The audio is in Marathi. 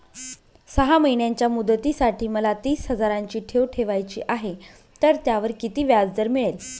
सहा महिन्यांच्या मुदतीसाठी मला तीस हजाराची ठेव ठेवायची आहे, तर त्यावर किती व्याजदर मिळेल?